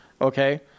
Okay